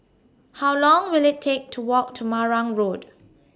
How Long Will IT Take to Walk to Marang Road